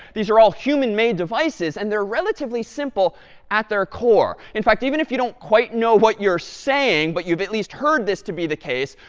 these are all human-made devices, and they're relatively simple at their core. in fact, even if you don't quite know what you're saying, but you've at least heard this to be the case,